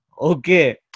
Okay